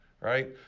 right